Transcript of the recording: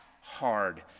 hard